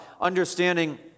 understanding